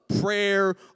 prayer